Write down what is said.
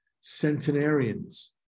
centenarians